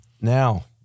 Now